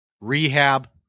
rehab